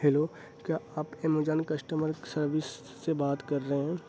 hello کیا آپ Amazon customer service سے بات کر رہے ہیں